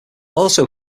also